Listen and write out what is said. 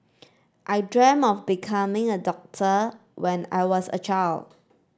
I dreamt of becoming a doctor when I was a child